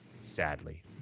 sadly